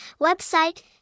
Website